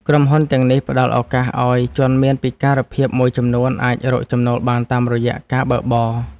ក្រុមហ៊ុនទាំងនេះផ្ដល់ឱកាសឱ្យជនមានពិការភាពមួយចំនួន អាចរកចំណូលបានតាមរយៈការបើកបរ។